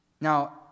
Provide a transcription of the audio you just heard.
Now